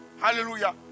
Hallelujah